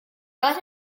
got